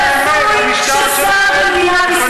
זה הזוי ששר, זאת האמת.